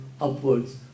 upwards